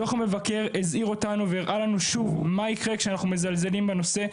דוח המבקר הזהיר אותנו והראה לנו שוב מה יקרה כשאנחנו מזלזלים בנושא.